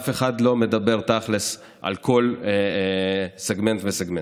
ואף אחד לא מדבר תכל'ס על כל סגמנט וסגמנט.